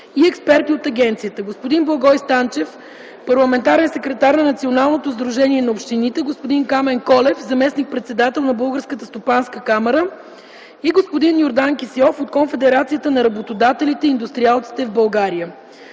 експерти от Агенцията, господин Благой Станчев – парламентарен секретар на Националното сдружение на общините, господин Камен Колев – заместник-председател на Българската стопанска камара (БСК), и господин Йордан Кисьов от Конфедерацията на работодателите и индустриалците в България.